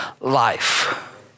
life